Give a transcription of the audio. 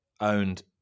owned